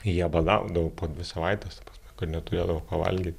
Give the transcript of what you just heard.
jie badaudavo po dvi savaites kad neturėdavo ko valgyt